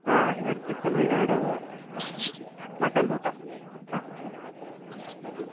ಹಾಂ ಎರಡು ಚಿಕನ್ ಎರಡು ಮಟನ್ ಊಟ ಹಾಂ ಸರಿ ಹಾಂ ಸರಿ